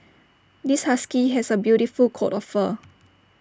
this husky has A beautiful coat of fur